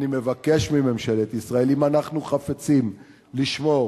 אני מבקש מממשלת ישראל: אם אנחנו חפצים לשמור